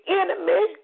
enemy